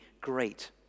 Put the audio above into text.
great